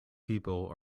people